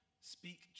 Speak